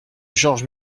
georges